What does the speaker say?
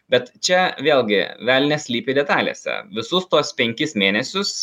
bet čia vėlgi velnias slypi detalėse visus tuos penkis mėnesius